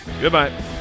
Goodbye